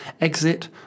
exit